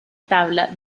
tabla